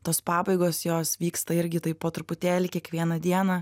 tos pabaigos jos vyksta irgi taip po truputėlį kiekvieną dieną